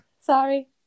Sorry